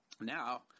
Now